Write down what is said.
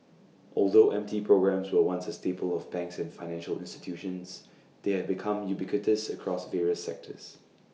although M T programmes were once A staple of banks and financial institutions they have become ubiquitous across various sectors